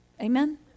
amen